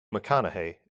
mcconaughey